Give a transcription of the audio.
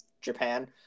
Japan